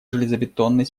железобетонной